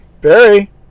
Barry